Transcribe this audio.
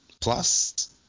plus